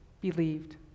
believed